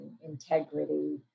integrity